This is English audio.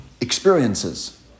experiences